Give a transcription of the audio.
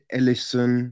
Ellison